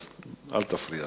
אז אל תפריע.